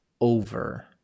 over